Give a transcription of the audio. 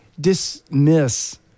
dismiss